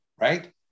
right